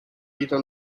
vita